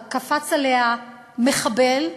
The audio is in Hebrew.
מחבל,